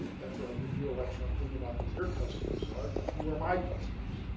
after i give you a lecture i'm thinking about who your customers are. well who were my customers?